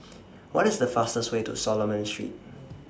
What IS The fastest Way to Solomon Street